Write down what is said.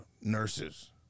Nurses